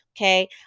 okay